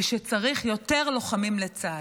ושצריך יותר לוחמים לצה"ל.